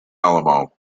alamo